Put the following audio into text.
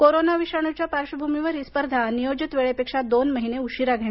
corona विषाणूच्या पार्श्वभूमीवर ही स्पर्धा नियोजित वेळेपेक्षा दोन महिने उशिरा घेण्यात आली